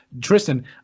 Tristan